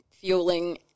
fueling